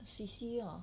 C_C lah